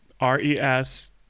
R-E-S